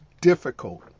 difficult